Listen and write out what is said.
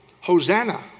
Hosanna